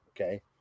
okay